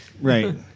Right